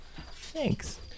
Thanks